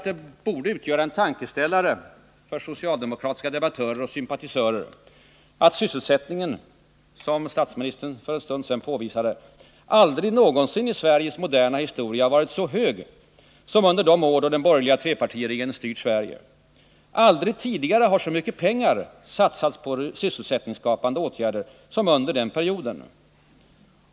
Det borde utgöra en tankeställare för socialdemokratiska debattörer och sympatisörer att sysselsättningen, som statsministern för en stund sedan påvisade, aldrig någonsin i Sveriges moderna historia varit så hög som under de år som den borgerliga trepartiregeringen styrt Sverige. Aldrig tidigare har så mycket pengar satsats för sysselsättningsskapande åtgärder som under den perioden.